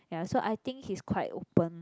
ya so I think he's quite open